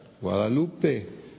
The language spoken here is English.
Guadalupe